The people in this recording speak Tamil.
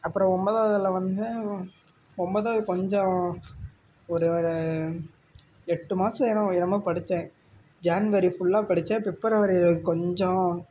அப்புறம் ஒம்பதாவதில் வந்து ஒம்பதாவது கொஞ்சம் ஒரு ஒரு எட்டு மாதம் என்னமோ என்னமோ படித்தேன் ஜான்வரி ஃபுல்லாக படித்தேன் பிப்ரவரியில் கொஞ்சம்